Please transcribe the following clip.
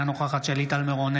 אינה נוכחת שלי טל מירון,